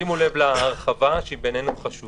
שימו לב להרחבה שהיא חשובה.